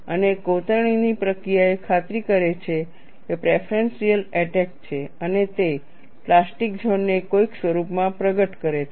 અને કોતરણીની પ્રક્રિયા એ ખાતરી કરે છે કે પ્રેફરન્શિયલ એટેક છે અને તે પ્લાસ્ટિક ઝોન ને કોઈક સ્વરૂપમાં પ્રગટ કરે છે